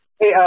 Hey